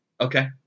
Okay